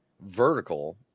vertical